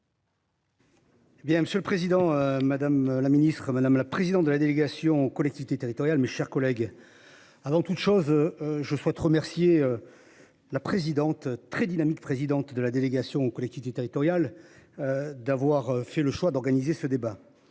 Monsieur le Président Madame la Ministre madame la présidente de la délégation aux collectivités territoriales, mes chers collègues. Avant toute chose. Je souhaite remercier. La présidente très dynamique présidente de la délégation aux collectivités territoriales. D'avoir fait le choix d'organiser ce débat,